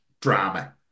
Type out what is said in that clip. drama